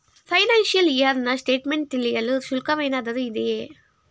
Financial year ನ statement ತಿಳಿಯಲು ಶುಲ್ಕವೇನಾದರೂ ಇದೆಯೇ?